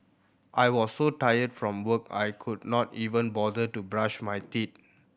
I was so tired from work I could not even bother to brush my teeth